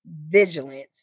vigilant